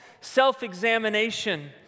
self-examination